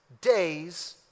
days